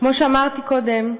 כמו שאמרתי קודם,